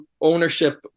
ownership